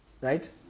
Right